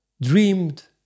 dreamed